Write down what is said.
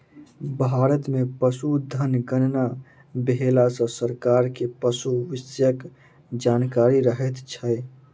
भारत मे पशुधन गणना भेला सॅ सरकार के पशु विषयक जानकारी रहैत छै